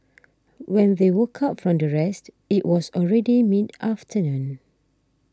when they woke up from their rest it was already mid afternoon